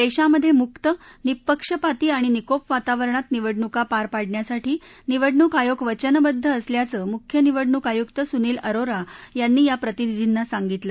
देशामधे मुक निःपक्षपाती आणि निकोप वातावरणात निवडणूका पार पाडण्यासाठी निवडणूक आयोग वचनबद्द असल्याचं मुख्य निवडणूक आयुक्त सुनील अरोरा यांनी या प्रतिनिधींना सांगितलं